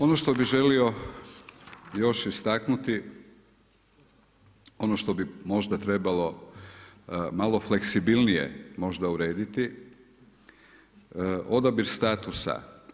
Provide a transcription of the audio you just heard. Ono što bih želio još istaknuti, ono što bi možda trebalo malo fleksibilnije možda urediti, odabira statusa.